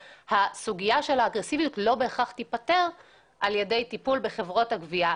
הסוגיה של האגרסיביות לא בהכרח תיפתר על ידי טיפול בחברות הגבייה.